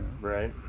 Right